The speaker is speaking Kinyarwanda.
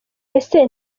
ese